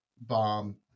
bomb